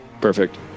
Perfect